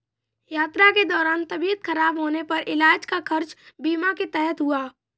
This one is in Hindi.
यात्रा के दौरान तबियत खराब होने पर इलाज का खर्च बीमा के तहत हुआ